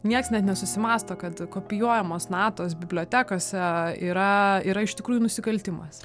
niekas net nesusimąsto kad kopijuojamos natos bibliotekose yra yra iš tikrųjų nusikaltimas